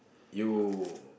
you